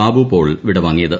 Babu Paul വിടവാങ്ങിയത്